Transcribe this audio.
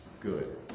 good